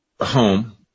home